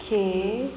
okay